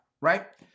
right